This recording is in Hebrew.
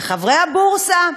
לחברי הבורסה,